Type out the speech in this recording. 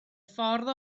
ffordd